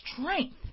strength